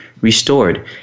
restored